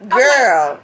girl